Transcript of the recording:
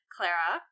Clara